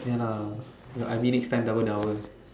ya lah your I_B next time double double